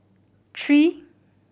three